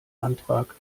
antrag